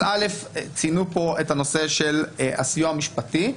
א', ציינו פה את הנושא של הסיוע המשפטי.